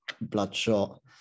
bloodshot